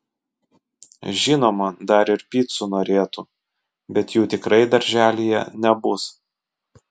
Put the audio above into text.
žinoma dar ir picų norėtų bet jų tikrai darželyje nebus